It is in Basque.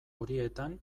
horietan